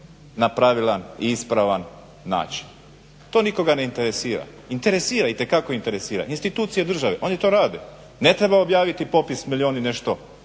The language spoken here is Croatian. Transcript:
na pravilan i ispravan način. To nikoga ne interesira, interesira itekako interesira. Institucije države to rade, ne treba objaviti popis milijun i nešto